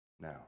now